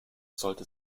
sollte